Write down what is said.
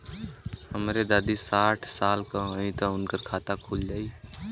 हमरे दादी साढ़ साल क हइ त उनकर खाता खुल जाई?